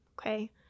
Okay